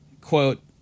quote